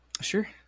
Sure